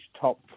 top